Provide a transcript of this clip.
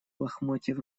лохмотьев